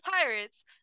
pirates